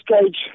stage